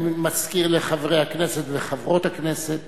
אני מזכיר לחברי הכנסת